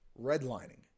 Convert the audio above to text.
redlining